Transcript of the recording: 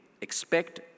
expect